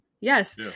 Yes